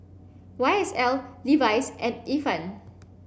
Y S L Levi's and Ifan